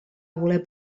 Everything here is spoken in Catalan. voler